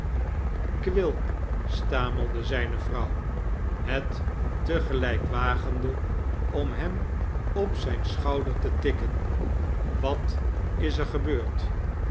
quilp stamelde zijne vrouw het te gelijk wagende om hem op zijn schouder te tikken wat is er gebeurd